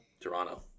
Toronto